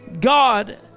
god